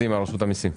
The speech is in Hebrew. רשות המיסים.